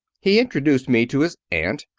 he introduced me to his aunt.